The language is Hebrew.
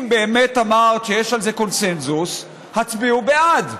אם באמת אמרת שיש על זה קונסנזוס, הצביעו בעד.